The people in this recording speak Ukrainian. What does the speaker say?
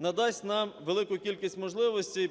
надасть нам велику кількість можливостей